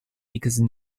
because